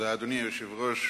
אדוני היושב-ראש,